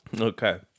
Okay